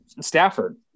Stafford